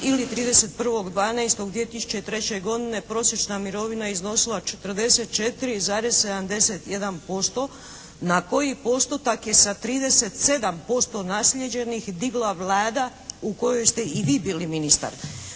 ili 31.12.2003. godine prosječna mirovina iznosila 44,71% na koji postotak je sa 37% naslijeđenih digla Vlada u kojoj ste i vi bili ministar.